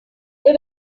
they